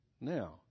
Now